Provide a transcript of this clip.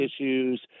issues